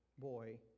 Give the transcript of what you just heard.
boy